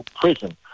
prison